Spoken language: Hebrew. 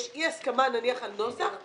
יש אי הסכמה על נוסח,